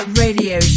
radio